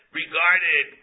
regarded